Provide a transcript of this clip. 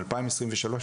2023,